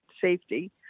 safety